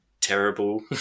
terrible